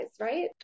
right